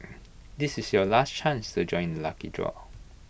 this is your last chance to join the lucky draw